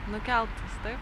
nukeltas taip